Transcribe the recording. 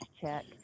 check